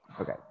Okay